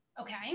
Okay